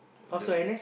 the